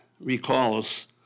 recalls